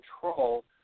control